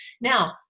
Now